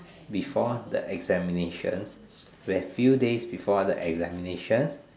before the examination where few days before the examination